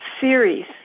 series